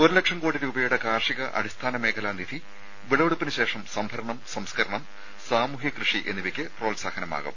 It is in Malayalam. ഒരു ലക്ഷം കോടി രൂപയുടെ കാർഷിക അടിസ്ഥാന മേഖലാ നിധി വിളവെടുപ്പിന് ശേഷം സംഭരണം സംസ്കരണം സാമൂഹ്യ ക്യ്ഷി എന്നിവയ്ക്ക് പ്രോത്സാഹനമാകും